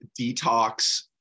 detox